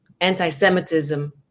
anti-Semitism